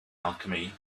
alchemy